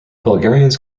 bulgarians